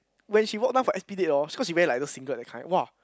when she walk down for s_p date oh cause she wear like those singlet that kind !wah!